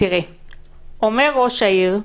אומר ראש העיר,